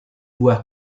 buah